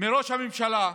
מראש הממשלה,